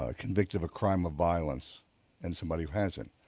ah convicted of a crime of violence and somebody who hasn't.